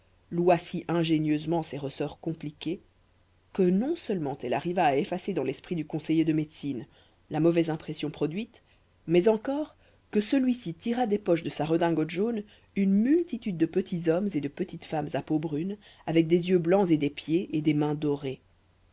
loua si ingénieusement ses ressorts compliqués que non seulement elle arriva à effacer dans l'esprit du conseiller de médecine la mauvaise impression produite mais encore que celui-ci tira des poches de sa redingote jaune une multitude de petits hommes et de petites femmes à peau brune avec des yeux blancs et des pieds et des mains dorés